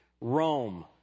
Rome